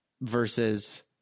versus